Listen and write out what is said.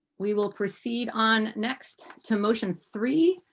we will proceed on next to motion three.